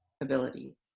abilities